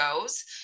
goes